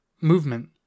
movement